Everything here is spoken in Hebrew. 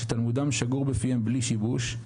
כשתלמודם שגור בפיהם בלי שיבוש,